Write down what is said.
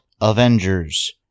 Avengers